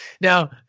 Now